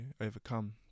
overcome